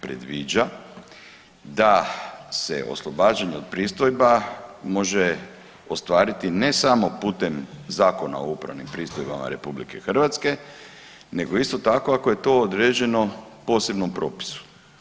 Predviđa da se oslobađanje od pristojba može ostvariti ne samo putem Zakona o upravnim pristojbama RH nego isto tako ako je to određeno u posebnom propisu.